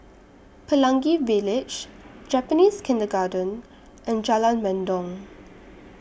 Pelangi Village Japanese Kindergarten and Jalan Mendong